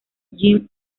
jim